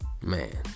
Man